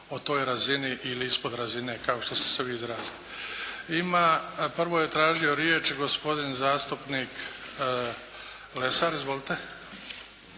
o toj razini ili ispod razine kao što ste se vi izrazili. Ima, prvo je tražio riječ gospodin zastupnik Lesar. Izvolite.